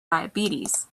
diabetes